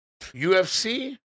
UFC